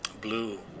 blue